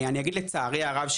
אני אגיד לצערי הרב,